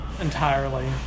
entirely